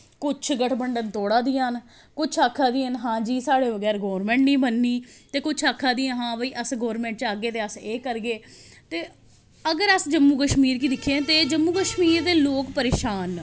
कुछ गठबंधन तोड़ा दि'यां न कुछ आखा दि'यां न हां जी साढ़े बगैर गौरमेंट गै निं बननी ते कुछ आखा दि'यां हियां कि अस गौरमेंट च आह्गे ते अस एह् करगे ते अगर अस जम्मू कश्मीर गी दिखचै ते जम्मू कश्मीर दे लोग परेशान न